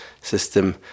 system